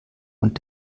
und